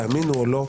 תאמינו או לא,